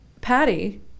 Patty